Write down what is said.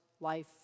life